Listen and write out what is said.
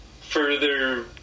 further